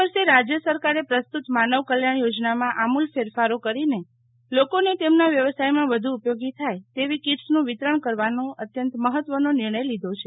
ચાલુ વર્ષે રાજય સરકારે પ્રસ્તુત માનવ કલ્યાણ યોજનામાં આમુલ ફેરફારો કરીને લોકોને તેમના વ્યવસાયમાં વ્ધુ ઉપયોગી થાય તેવી કિટસનું વિતરણ કરવાનો અત્યંત મહત્વનો નિર્ણયો લીધો છે